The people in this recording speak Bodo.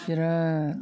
बिराद